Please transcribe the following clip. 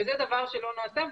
וזה דבר שלא נעשה,